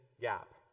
gap